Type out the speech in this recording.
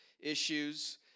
issues